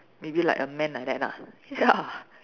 maybe like a man like that lah ya